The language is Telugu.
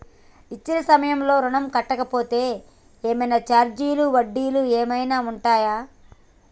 ఇచ్చిన సమయంలో ఋణం కట్టలేకపోతే ఏమైనా ఛార్జీలు వడ్డీలు ఏమైనా ఉంటయా?